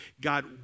God